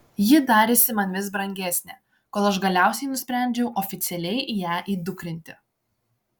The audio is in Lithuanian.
ji darėsi man vis brangesnė kol aš galiausiai nusprendžiau oficialiai ją įdukrinti